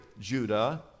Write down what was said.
Judah